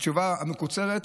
התשובה המקוצרת,